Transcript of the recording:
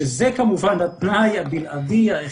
שזה כמובן התנאי הבלעדי, ההכרחי,